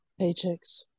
paychecks